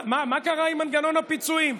מה קרה עם מנגנון הפיצויים?